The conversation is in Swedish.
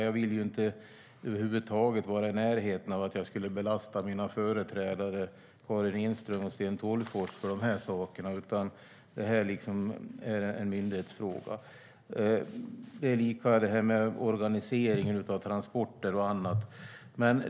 Jag vill över huvud taget inte vara i närheten av att belasta mina företrädare Karin Enström och Sten Tolgfors för de här sakerna, utan det här är en myndighetsfråga. Det är samma sak med organiseringen av transporter och annat.